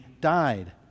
died